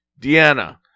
Deanna